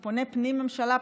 הוא פנים-ממשלה,